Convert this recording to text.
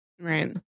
Right